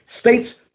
States